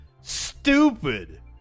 Stupid